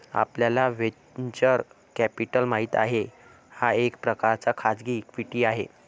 आपल्याला venture capital माहित आहे, हा एक प्रकारचा खाजगी इक्विटी आहे